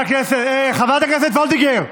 חברת הכנסת וולדיגר,